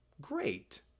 Great